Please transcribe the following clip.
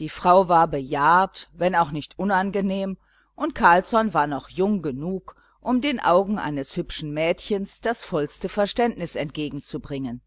die frau war bejahrt wenn auch nicht unangenehm und carlsson war noch jung genug um den augen eines hübschen jungen mädchens das vollste verständnis entgegenzubringen